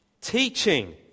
teaching